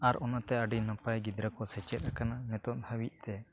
ᱟᱨ ᱚᱱᱟᱛᱮ ᱟᱹᱰᱤ ᱱᱟᱯᱟᱭ ᱜᱤᱫᱽᱨᱟᱹ ᱠᱚ ᱥᱮᱪᱮᱫ ᱠᱟᱱᱟ ᱱᱤᱛᱚᱜ ᱫᱷᱟᱹᱵᱤᱡ ᱛᱮ